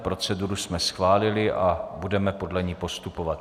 Proceduru jsme schválili a budeme podle ní postupovat.